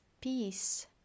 peace